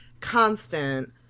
constant